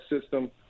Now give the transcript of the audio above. system